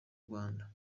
rwanda